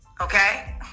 Okay